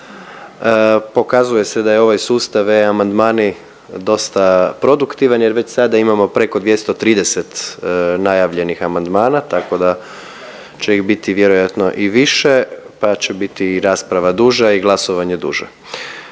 Pokazuje se da je ovaj sustav e-amandmani dosta produktivan, jer već sada imamo preko 230 najavljenih amandmana tako da će ih biti vjerojatno i više, pa će biti i rasprava duža i glasovanje duže.